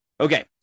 Okay